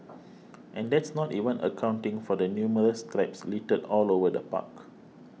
and that's not even accounting for the numerous traps littered all over the park